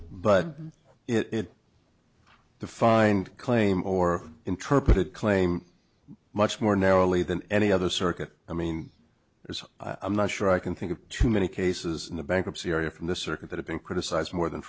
but it the find claim or interpreted claim much more narrowly than any other circuit i mean it's i'm not sure i can think of too many cases in the bankruptcy area from the circuit that have been criticized more than